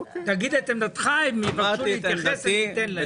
תגיד את עמדתך ואם הם יבקשו להתייחס, אני אתן להם.